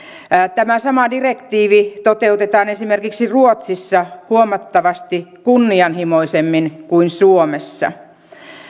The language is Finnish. tämä sama direktiivi toteutetaan esimerkiksi ruotsissa huomattavasti kunnianhimoisemmin kuin suomessa